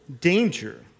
danger